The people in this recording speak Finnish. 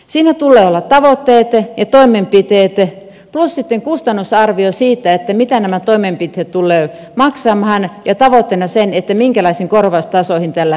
siinä tulee olla tavoitteet ja toimenpiteet plus sitten kustannusarvio siitä mitä nämä toimenpiteet tulevat maksamaan ja tavoitteena se minkälaisiin korvaustasoihin tällä pyritään pääsemään